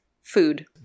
food